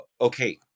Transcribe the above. okay